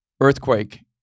earthquake